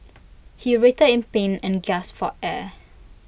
he writhed in pain and gasped for air